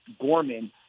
Gorman